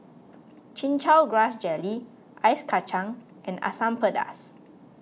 Chin Chow Grass Jelly Ice Kachang and Asam Pedas